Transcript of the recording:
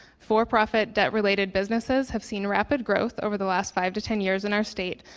for-profit debt-related businesses have seen rapid growth over the last five to ten years in our state,